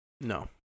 No